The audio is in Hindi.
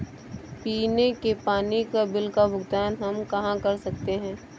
पीने के पानी का बिल का भुगतान हम कहाँ कर सकते हैं?